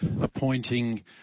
appointing